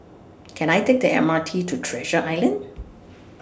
Can I Take The M R T to Treasure Island